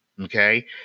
okay